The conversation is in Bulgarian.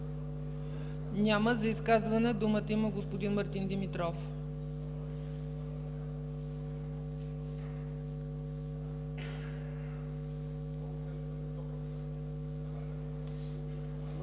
Няма. За изказване думата има господин Мартин Димитров.